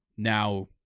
Now